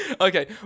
Okay